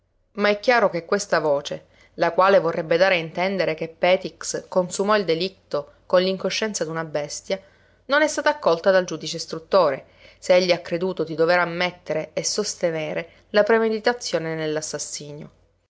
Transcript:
ma è chiaro che questa voce la quale vorrebbe dare a intendere che petix consumò il delitto con l'incoscienza d'una bestia non è stata accolta dal giudice istruttore se egli ha creduto di dovere ammettere e sostenere la premeditazione